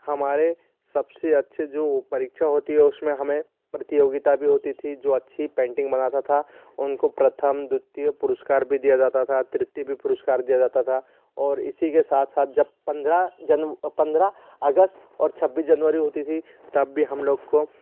हमारे सबसे अच्छे जो परीक्षा होती है उसमे हमें प्रतियोगिता भी होती थी जो अच्छी पेंटिंग बनाता था उनको प्रथम द्वितीय पुरस्कार भी दिया जाता था तृतीय भी पुरस्कार दिया जाता था और इसी के साथ साथ जब पंद्रह जन पंद्रह अगस्त और छब्बीस जनवरी होती थी तब भी हम लोग को